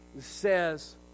says